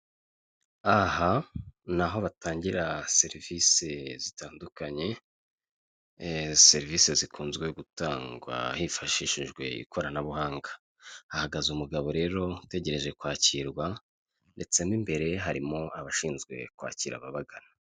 Aha naho batangira serivisi zitandukanye, serivisi zikunze gutangwa hifashishijwe ikoranabuhanga. Hahagaze umugabo rero utegereje kwakirwa ndetse mo imbere harimo abashinzwe kwakira ababagana.